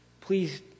Please